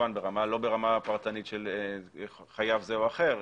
כמובן לא ברמה פרטנית של חייב זה או אחר,